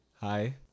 Hi